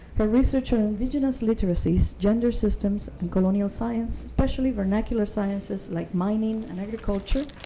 her research on indigenous literacies, gender systems, and colonial science, especially vernacular sciences like mining and agriculture,